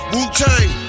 Wu-Tang